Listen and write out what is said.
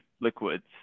liquids